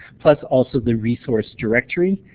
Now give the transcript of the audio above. plus also the resource directory,